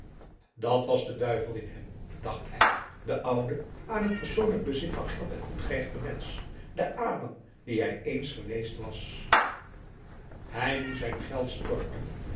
dàt was de duivel in hem dacht hij de oude aan het persoonlijk bezit van geld en goed gehechte mensch de adam die hij eens geweest was hij moest zijn geld storten